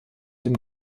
dem